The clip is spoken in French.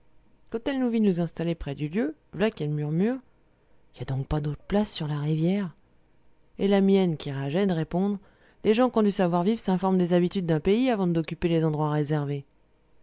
quand elle nous vit nous installer près du lieu v'là qu'elle murmure il n'y a donc pas d'autre place sur la rivière et la mienne qui rageait de répondre les gens qu'ont du savoir-vivre s'informent des habitudes d'un pays avant d'occuper les endroits réservés